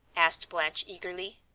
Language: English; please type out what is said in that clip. asked blanche eagerly.